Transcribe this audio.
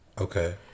Okay